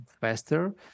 faster